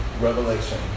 revelation